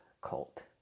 cult